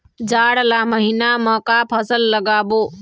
जाड़ ला महीना म का फसल लगाबो?